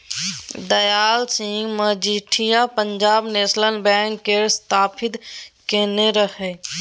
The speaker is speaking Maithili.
दयाल सिंह मजीठिया पंजाब नेशनल बैंक केर स्थापित केने रहय